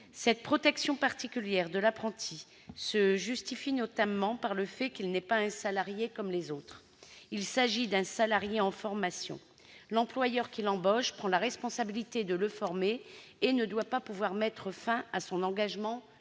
Cette protection particulière de l'apprenti se justifie notamment par le fait qu'il n'est pas un salarié comme les autres. Il s'agit d'un salarié en formation. L'employeur qui l'embauche prend la responsabilité de le former et ne doit pas pouvoir mettre fin à son engagement sans